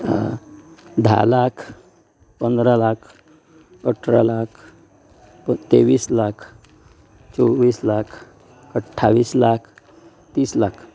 धा लाख पंदरां लाख अठरा लाख तेवीस लाख चोवीस लाख अठ्ठावीस लाख तीस लाख